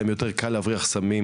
היום יותר קל להבריח סמים,